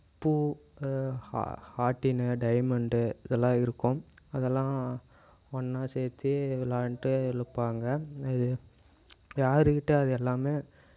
பூ ஹா ஹார்ட்டினு டைமண்டு இதெல்லாம் இருக்கும் அதெல்லாம் ஒன்றா சேர்த்து விளாண்டு இருப்பாங்க அது யார்க்கிட்ட அது எல்லாமே